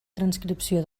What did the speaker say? transcripció